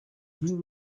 dix